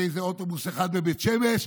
על איזה אוטובוס אחד בבית שמש,